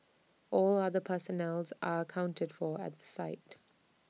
all other personnel are accounted for at the site